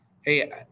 Hey